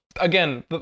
again